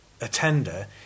attender